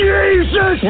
Jesus